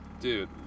Dude